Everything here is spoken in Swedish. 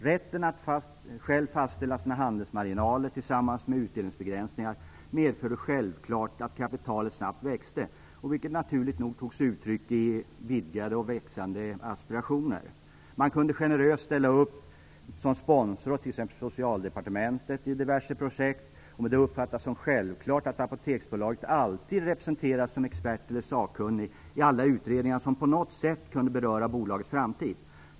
Rätten att själv fastställa sina handelsmarginaler tillsammans med utdelningsbegränsningar medförde självklart att kapitalet snabbt växte vilket naturligt nog tog sig uttryck i växande aspirationer. Man kunde generöst ställa upp som sponsor åt t.ex. Socialdepartementet i diverse projekt, och det uppfattades som självklart att Apoteksbolaget alltid representerades som expert eller sakkunnig i alla utredningar som på något sätt kunde beröra bolagets framtid.